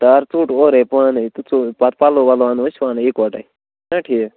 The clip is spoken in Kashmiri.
تار ژوٚٹ اورے پانے تہٕ ژوٚل پتہٕ پَلو وِلو اَنو أسۍ پانے یِکوٹے چھُنا ٹھیٖک